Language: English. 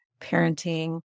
parenting